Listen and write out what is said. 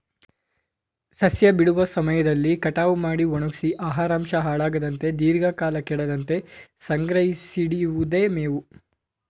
ಸಸ್ಯ ಬಿಡುವ ಸಮಯದಲ್ಲಿ ಕಟಾವು ಮಾಡಿ ಒಣಗ್ಸಿ ಆಹಾರಾಂಶ ಹಾಳಾಗದಂತೆ ದೀರ್ಘಕಾಲ ಕೆಡದಂತೆ ಸಂಗ್ರಹಿಸಿಡಿವುದೆ ಮೇವು